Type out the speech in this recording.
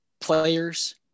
players